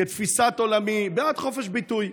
כתפיסת עולמי, בעד חופש ביטוי.